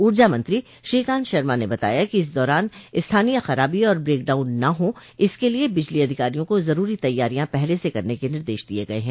ऊर्जा मंत्री श्रीकान्त शर्मा ने बताया है कि इस दौरान स्थानीय खराबी और ब्रेक डाउन न हों इसके लिए बिजली अधिकारियों को जरूरो तैयारियां पहले से करने के निर्देश दिये गये हैं